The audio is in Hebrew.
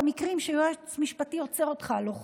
המקרים שיועץ משפטי עוצר אותך על לא חוקי.